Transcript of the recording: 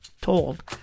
told